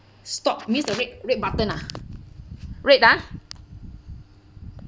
stop means the red red button ah red ah